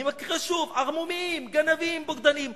אני מקריא שוב: ערמומיים, גנבים, בוגדנים.